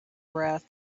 breath